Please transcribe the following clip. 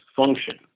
function